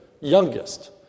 youngest